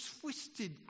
twisted